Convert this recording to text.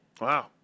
Wow